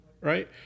right